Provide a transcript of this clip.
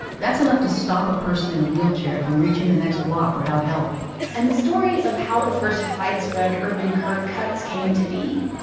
that's enough to stop a person in a wheelchair from reaching the next block without help and the story of how the first wide-spread urban curbs cuts came to be?